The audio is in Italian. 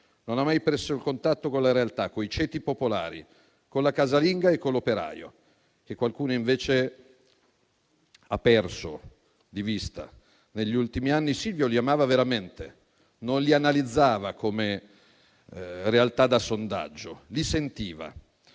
non ha mai perso il contatto con la realtà, coi ceti popolari, con la casalinga e con l'operaio, che qualcuno invece ha perso di vista negli ultimi anni. Silvio li amava veramente, non li analizzava come una realtà da sondaggio, ma li sentiva.